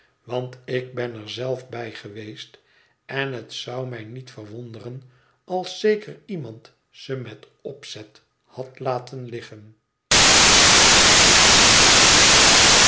want ik ben er zelf bij geweest en het zou mij niet verwonderen als zeker iemand ze met opzet had laten liggen